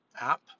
app